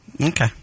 Okay